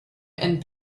and